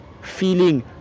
feeling